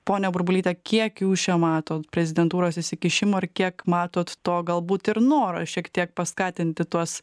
pone burbulyte kiek jūs čia matot prezidentūros įsikišimo ir kiek matot to galbūt ir noro šiek tiek paskatinti tuos